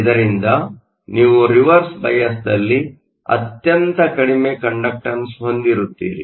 ಇದರಿಂದ ನೀವು ರಿವರ್ಸ್ಸ್ ಬಯಾಸ್ದಲ್ಲಿ ಅತ್ಯಂತ ಕಡಿಮೆ ಕಂಡಕ್ಟನ್ಸ್ ಅನ್ನು ಹೊಂದಿರುತ್ತೀರಿ